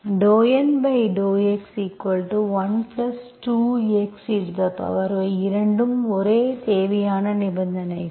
∂N∂x12x ey இரண்டும் ஒரே தேவையான நிபந்தனைகள்